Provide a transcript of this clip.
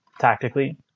tactically